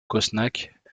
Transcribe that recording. cosnac